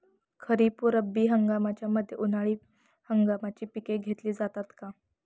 खरीप व रब्बी हंगामाच्या मध्ये उन्हाळी हंगामाची पिके घेतली जातात का?